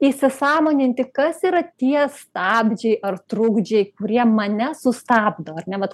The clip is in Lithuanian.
įsisąmoninti kas yra tie stabdžiai ar trukdžiai kurie mane sustabdo ar ne vat